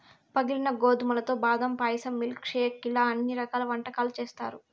పగిలిన గోధుమలతో బాదం పాయసం, మిల్క్ షేక్ ఇలా అన్ని రకాల వంటకాలు చేత్తారు